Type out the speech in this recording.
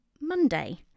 Monday